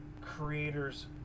creators